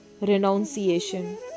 Renunciation